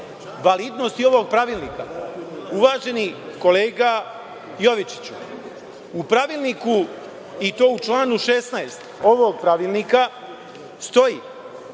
validnosti ovog pravilnika. Uvaženi kolega Jovičiću, u Pravilniku, i to u članu 16. ovog Pravilnika, stoji